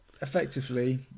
effectively